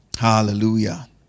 Hallelujah